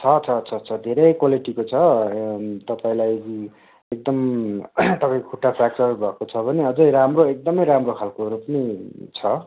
छ छ छ धेरै क्वालिटीको छ तपाईँलाई एकदम तपाईँको खुट्टा फ्रेक्चर भएको छ भने अझै राम्रो एकदमै राम्रो खाल्कोहरू पनि छ